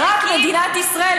רק מדינת ישראל,